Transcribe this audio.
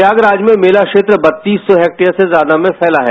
प्रयागराज में मेला क्षेत्र वत्तीस सौ हेक्टेयर से ज्यादा में फैला है